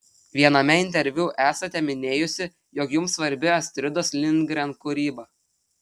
viename interviu esate minėjusi jog jums svarbi astridos lindgren kūryba